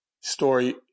story